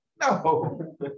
No